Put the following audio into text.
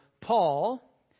Paul